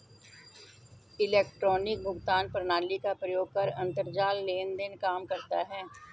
electronic भुगतान प्रणाली का प्रयोग कर अंतरजाल लेन देन काम करता है